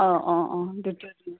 অঁ অঁ অঁ